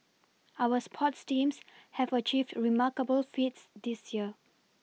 our sports teams have achieved remarkable feats this year